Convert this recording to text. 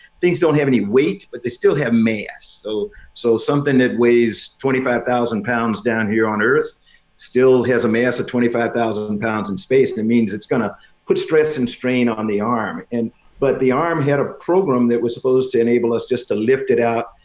things don't have any weight, but they still have mass. so so something that weighs twenty five thousand pounds down here on earth still has a mass of twenty five thousand pounds in space. it means it's going to put stress and strain on the arm. and but the arm had a program that was supposed to enable us just to lift it out,